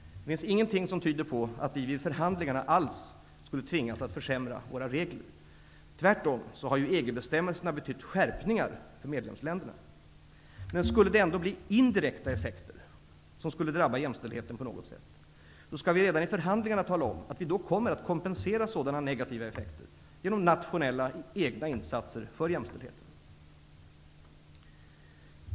Det finns ingenting som tyder på att vi vid förhandlingarna alls skulle tvingas att försämra våra regler. Tvärtom så har ju EG-bestämmelserna betytt skärpningar för medlemsländerna. Men skulle det ändå bli indirekta effekter som skulle drabba jämställdheten på något sätt, skall vi redan i förhandlingarna tala om att vi då kommer att kompensera sådana negativa effekter genom egna nationella insatser för jämställdheten.